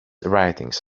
writings